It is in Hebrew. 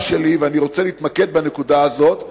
שלי ואני רוצה להתמקד בנקודה הזאת.